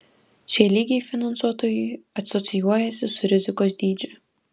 šie lygiai finansuotojui asocijuojasi su rizikos dydžiu